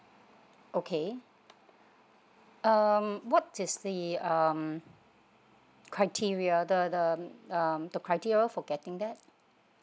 okay um what is the um criteria the the um the criteria for getting that